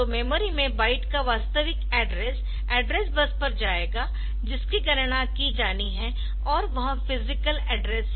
तो मेमोरी में बाइट का वास्तविक एड्रेस एड्रेस बस पर जाएगा जिसकी गणना की जानी है और वह फिजिकल एड्रेस है